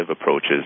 approaches